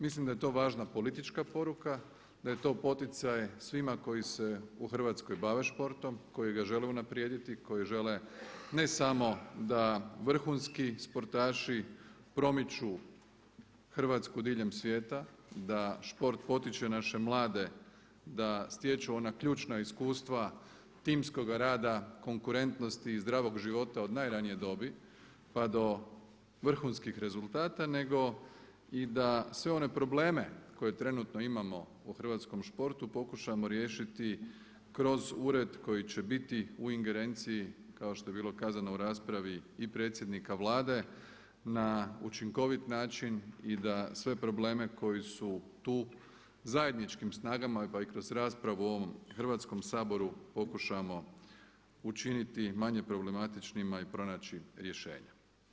Mislim da je to važna politička poruka, da je to poticaj svima koji se u Hrvatskoj bave športom, koji ga žele unaprijediti, koji žele ne samo da vrhunski sportaši promiču Hrvatsku diljem svijeta, da šport potiče naše mlade da stječu ona ključna iskustva timskoga rada, konkurentnosti zdravog života od najranije dobi pa do vrhunskih rezultata nego i da sve one probleme koje trenutno imamo u hrvatskom športu pokušamo riješiti kroz ured koji će biti u ingerenciji kao što je bilo kazano u raspravi i predsjednika Vlade na učinkovit način i da sve probleme koji su tu zajedničkim snagama pa i kroz raspravu u ovom Hrvatskom saboru pokušamo učiniti manje problematičnima i pronaći rješenja.